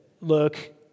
look